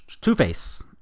Two-Face